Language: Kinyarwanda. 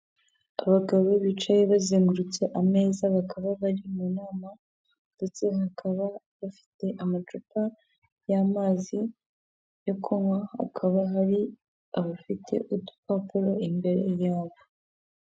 Abagabo bicaye bazengurutse ameza, bakaba bari mu nama, ndetse bakaba bafite amacupa y'amazi yo kunywa, hakaba hari abafite udupapuro imbere yabo.